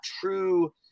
true